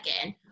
again